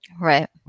Right